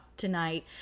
tonight